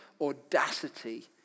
audacity